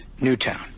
Newtown